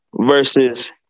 Versus